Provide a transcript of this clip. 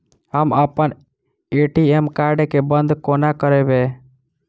हम अप्पन ATM card केँ बंद कोना करेबै?